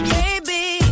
baby